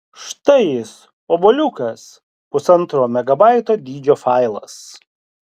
štai jis obuoliukas pusantro megabaito dydžio failas